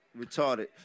Retarded